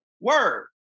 Word